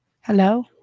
Hello